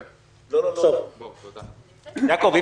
כאשר המטרה של החוק היא ------ כאשר המטרה של